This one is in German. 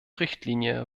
richtlinie